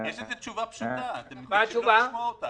יש לזה תשובה פשוטה ואתם יכולים לשמוע אותה.